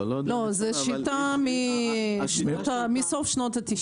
לא, זאת שיטה מסוף שנות ה-90.